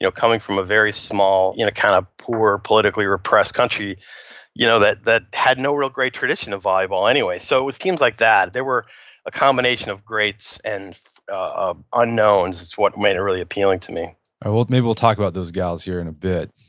coming from a very small, kind of poor, politically repressed country you know that that had no real great tradition of volleyball anyway. so it was teams like that, they were a combination of greats and ah unknowns is what made it really appealing to me well maybe we'll talk about those gals here in a bit.